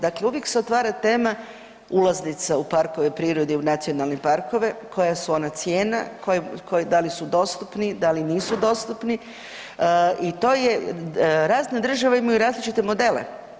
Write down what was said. Dakle, uvijek se otvara tema ulaznica u parkove prirode i u nacionalne parkove, koja su ona cijena, da li su dostupni, da li nisu dostupni i to je razne države imaju različite modele.